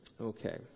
Okay